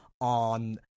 on